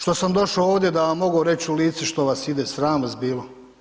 što sam došao ovdje da vam mogu reći u lice što vas ide, sram vas bilo.